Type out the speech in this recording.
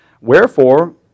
Wherefore